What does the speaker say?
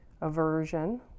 aversion